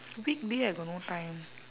weekday I got no time